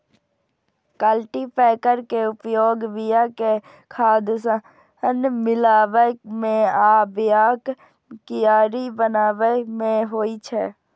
cultipacker के उपयोग बिया कें खाद सं मिलाबै मे आ बियाक कियारी बनाबै मे होइ छै